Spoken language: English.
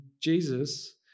Jesus